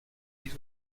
les